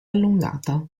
allungata